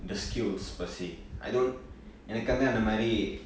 the skills per se I don't எனக்கு வந்து அந்த மாதிரி:enakku vanthu antha maathiri